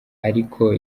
ariko